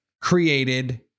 created